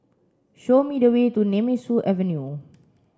show me the way to Nemesu Avenue